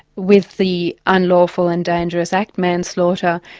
with the unlawful and dangerous act, manslaughter,